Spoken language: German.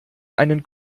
einen